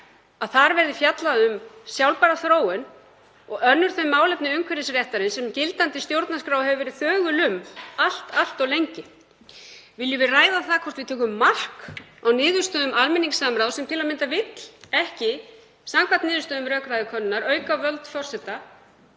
að þar verði fjallað um sjálfbæra þróun og önnur þau málefni umhverfisréttarins sem gildandi stjórnarskrá hefur verið þögul um allt of lengi. Viljum við ræða hvort við tökum mark á niðurstöðum almenningssamráðs, sem til að mynda vill ekki, samkvæmt niðurstöðum rökræðukönnunar, auka völd forseta?